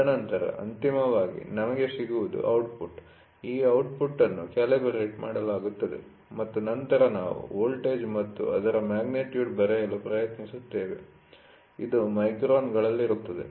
ತದನಂತರ ಅಂತಿಮವಾಗಿ ನಮಗೆ ಸಿಗುವುದು ಔಟ್ಟ್ಪುಟ್ ಈ ಔಟ್ಟ್ಪುಟ್ ಅನ್ನು ಕ್ಯಾಲಿಬರ್ರೇಟ್ ಮಾಡಲಾಗುತ್ತದೆ ಮತ್ತು ನಂತರ ನಾವು ವೋಲ್ಟೇಜ್ ಮತ್ತು ಅದರ ಮ್ಯಾಗ್ನಿಟ್ಯೂಡ್ ಪಡೆಯಲು ಪ್ರಯತ್ನಿಸುತ್ತೇವೆ ಇದು ಮೈಕ್ರಾನ್ಗಳಲ್ಲಿರುತ್ತದೆ